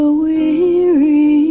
weary